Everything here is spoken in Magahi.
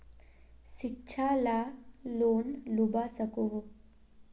शिक्षा ला लोन लुबा सकोहो?